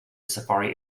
safari